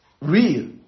real